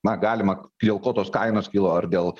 na galima dėl ko tos kainos kilo ar dėl